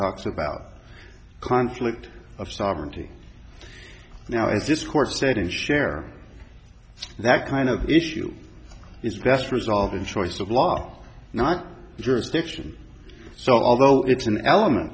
talks about conflict of sovereignty now is this court set in share that kind of issue is best resolved in choice of law not the jurisdiction so although it's an element